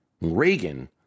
Reagan